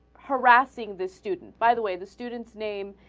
harassing this student by the way the student's name